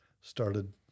started